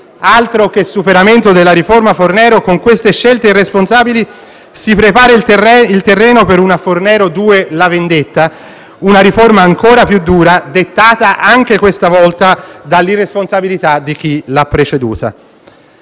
Altro che superamento della riforma Fornero: con queste scelte irresponsabili si prepara il terreno per una «Fornero due, la vendetta», una riforma ancora più dura, dettata - anche questa volta - dall'irresponsabilità di chi l'ha preceduta.